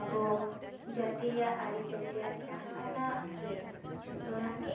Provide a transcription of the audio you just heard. ᱟᱵᱚ ᱡᱟᱹᱛᱤ ᱨᱮᱭᱟᱜ ᱟᱹᱨᱤᱪᱟᱹᱞᱤ ᱨᱮᱭᱟᱜ ᱡᱟᱦᱟᱱᱟᱜ ᱜᱮ ᱡᱚᱛᱚᱱᱟᱜ ᱜᱮ